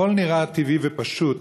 הכול נראה טבעי ופשוט,